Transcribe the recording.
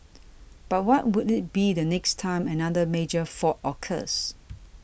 but what would it be the next time another major fault occurs